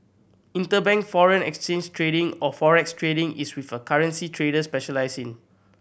interbank foreign exchange trading or Forex trading is with a currency trader specialises in